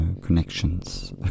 connections